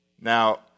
Now